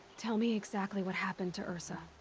tell me exactly what happened to ersa.